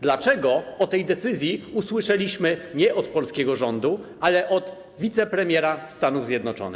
Dlaczego o tej decyzji usłyszeliśmy nie od polskiego rządu, ale od wicepremiera Stanów Zjednoczonych?